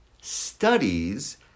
studies